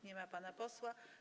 Nie ma pana posła.